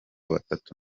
batatu